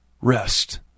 rest